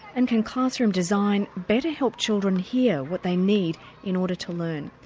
and can classroom design better help children hear what they need in order to learn.